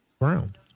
ground